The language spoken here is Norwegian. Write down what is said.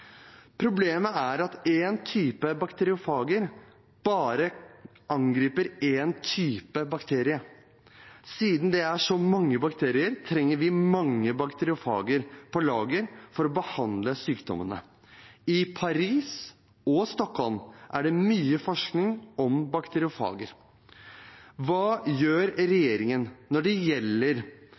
Problemet er at én type bakteriofager bare angriper én type bakterie. Siden det er så mange bakterier, trenger vi mange bakteriofager på lager for å behandle sykdommene. I Paris og i Stockholm er det mye forskning på bakteriofager. Hva gjør regjeringen når det gjelder